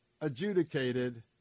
adjudicated